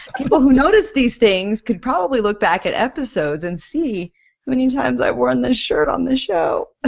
people who notice these things could probably look back at episodes and see how many times i've worn this shirt on this show.